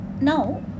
Now